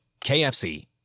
KFC